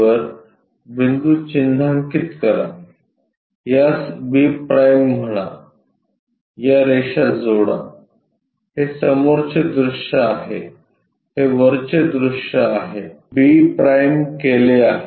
वर बिंदू चिन्हांकित करा यास b' म्हणा या रेषा जोडा हे समोरचे दृश्य आहे हे वरचे दृश्य आहे b' केले आहे